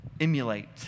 emulate